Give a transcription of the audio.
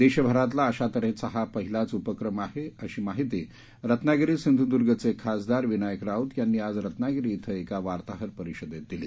देशभरातला अशा तऱ्हेचा हा पहिलाच उपक्रम आहे अशी माहिती रत्नागिरी सिंधुर्द्गचे खासदार विनायक राऊत यांनी आज रत्नागिरी िंग एका वार्ताहर परिषदेत दिली